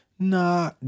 Nah